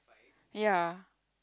ya